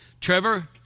Trevor